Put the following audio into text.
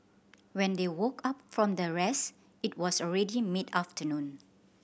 when they woke up from their rest it was already mid afternoon